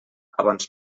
abans